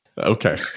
Okay